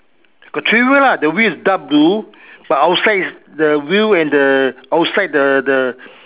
got three wheel lah the wheel is dark blue but outside is the wheel and the outside the the